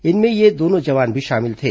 इनमें ये दोनों जवान भी शामिल थे